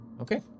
Okay